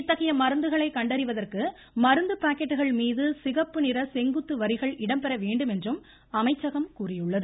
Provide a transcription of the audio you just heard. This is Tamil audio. இத்தகைய மருந்துகளை கண்டறிவதற்கு மருந்து பாக்கெட்டுகள் மீது சிகப்பு நிற செங்குத்து வரிகள் இடம்பெற வேண்டுமென்றும் அமைச்சகம் கூறியுள்ளது